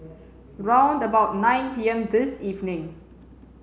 round about nine P M this evening